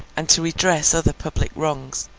and to redress other public wrongs,